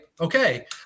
Okay